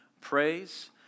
praise